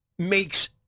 makes